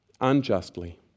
unjustly